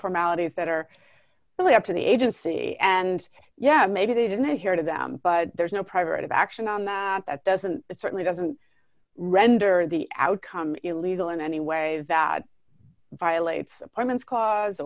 paralyses that are really up to the agency and yet maybe they didn't adhere to them but there's no private action on that that doesn't it certainly doesn't render the outcome illegal in any way that violates apartment's clause